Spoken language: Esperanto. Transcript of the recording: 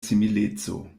simileco